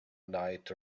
night